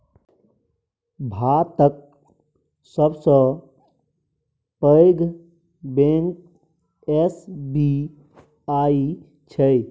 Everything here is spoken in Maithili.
भातक सबसँ पैघ बैंक एस.बी.आई छै